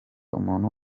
umuntu